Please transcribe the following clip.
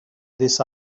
this